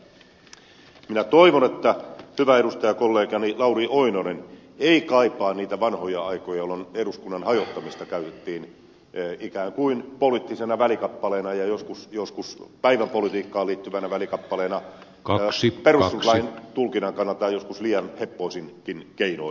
ihan lopuksi totean vaan että minä toivon että hyvä edustajakollegani lauri oinonen ei kaipaa niitä vanhoja aikoja jolloin eduskunnan hajottamista käytettiin ikään kuin poliittisena välikappaleena ja joskus päivänpolitiikkaan liittyvänä välikappaleena perustuslain tulkinnan kannalta joskus liian heppoisinkin keinoin